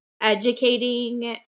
educating